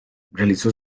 realizó